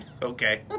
Okay